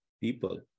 people